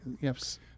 yes